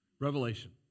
Revelation